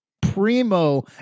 primo